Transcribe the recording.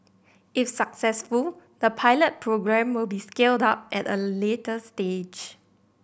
if successful the pilot programme will be scaled up at a later stage